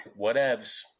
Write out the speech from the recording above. whatevs